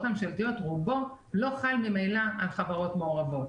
הממשלתיות רובו לא חל ממילא על חברות מעורבות.